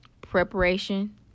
preparation